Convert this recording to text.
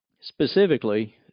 specifically